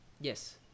Yes